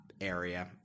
area